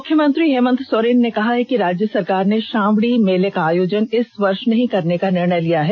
मुख्यमंत्री हेमंत सोरेन ने कहा है कि राज्य सरकार ने श्रावणी मेला का आयोजन इस वर्ष नहीं करने का निर्णय लिया है